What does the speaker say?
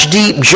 deep